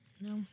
No